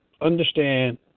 understand